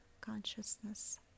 consciousness